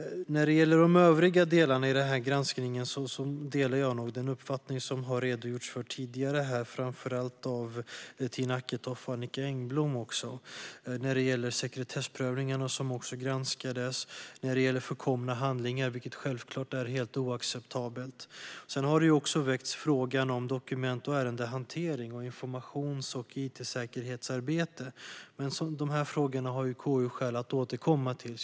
När det gäller de övriga delarna i granskningen håller jag nog med om den uppfattning som har redogjorts för tidigare, framför allt av Tina Acketoft och Annicka Engblom. Det gäller sekretessprövningarna, som också granskades, och förkomna handlingar, vilket självklart är helt oacceptabelt. Det har också väckts frågor om dokument och ärendehantering och informations och it-säkerhetsarbete. Men de frågorna har KU skäl att återkomma till.